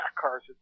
cars